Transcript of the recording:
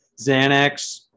Xanax